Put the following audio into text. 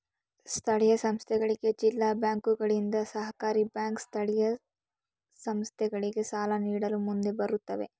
ಸ್ಥಳೀಯ ಸಂಸ್ಥೆಗಳಿಗೆ ಜಿಲ್ಲಾ ಬ್ಯಾಂಕುಗಳಿಂದ, ಸಹಕಾರಿ ಬ್ಯಾಂಕ್ ಸ್ಥಳೀಯ ಸಂಸ್ಥೆಗಳಿಗೆ ಸಾಲ ನೀಡಲು ಮುಂದೆ ಬರುತ್ತವೆ